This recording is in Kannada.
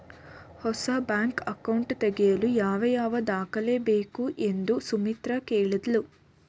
ಹೊಸ ಬ್ಯಾಂಕ್ ಅಕೌಂಟ್ ತೆಗೆಯಲು ಯಾವ ಯಾವ ದಾಖಲಾತಿ ಬೇಕು ಎಂದು ಸುಮಿತ್ರ ಕೇಳಿದ್ಲು